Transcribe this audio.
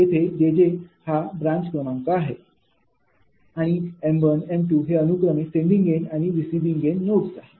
येथे jj हा branch क्रमांक आहे m1m2हे अनुक्रमे सेंडिंग एन्ड आणि रिसिविंग एन्ड नोड्स आहेत